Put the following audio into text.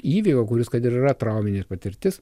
įvykio kuris kad ir yra trauminė patirtis